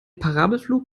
parabelflug